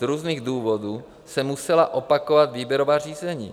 Z různých důvodů se musela opakovat výběrová řízení.